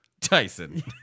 Tyson